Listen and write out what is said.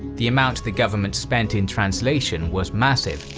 the amount the government spent in translation was massive,